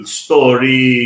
story